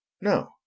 No